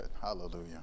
Hallelujah